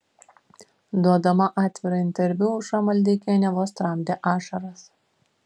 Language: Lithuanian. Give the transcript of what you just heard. duodama atvirą interviu aušra maldeikienė vos tramdė ašaras